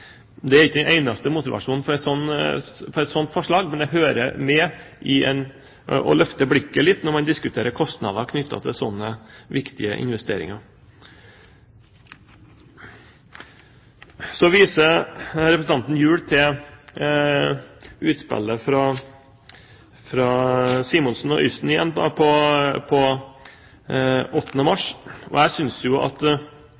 Dette er ikke den eneste motivasjonen for et sånt forslag, men det hører med å løfte blikket litt når man diskuterer kostnader knyttet til slike viktige investeringer. Så viser representanten Gjul igjen til utspillet fra Simonsen og Yssen den 8. mars. Jeg synes det er relativt forenklet å si at